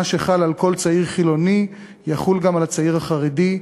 מה שחל על כל צעיר חילוני יחול גם על הצעיר החרדי,